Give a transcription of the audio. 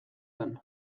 zen